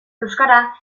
euskara